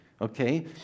okay